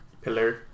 Pillar